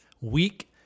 weak